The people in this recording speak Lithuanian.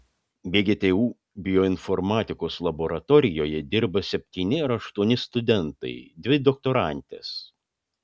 vgtu bioinformatikos laboratorijoje dirba septyni ar aštuoni studentai dvi doktorantės